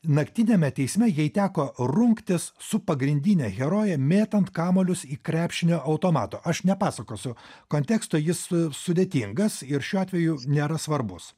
naktiniame teisme jai teko rungtis su pagrindine heroje mėtant kamuolius į krepšinio automato aš nepasakosiu konteksto jis sudėtingas ir šiuo atveju nėra svarbus